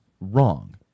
wrong